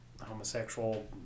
homosexual